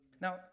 Now